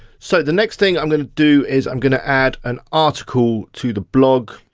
so the next thing i'm going to do is i'm gonna add an article to the blog.